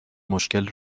مشکل